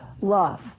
love